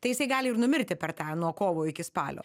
tai jisai gali ir numirti per tą nuo kovo iki spalio